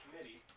Committee